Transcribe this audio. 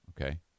Okay